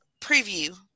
preview